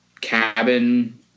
cabin